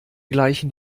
gleichen